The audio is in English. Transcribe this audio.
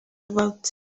vote